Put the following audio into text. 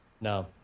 No